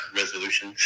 resolution